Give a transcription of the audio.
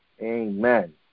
Amen